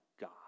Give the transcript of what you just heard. God